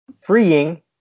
freeing